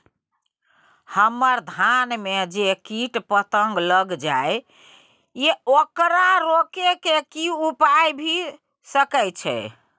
हमरा धान में जे कीट पतंग लैग जाय ये ओकरा रोके के कि उपाय भी सके छै?